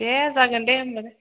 दे जागोन दे होनबालाय